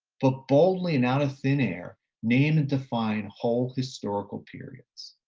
but boldly and out of thin air name and define whole historical periods.